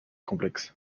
complexe